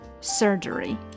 surgery